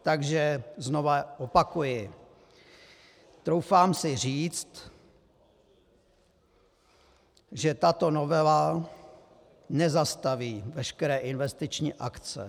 Takže znovu opakuji: Troufám si říct, že tato novela nezastaví veškeré investiční akce.